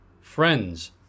Friends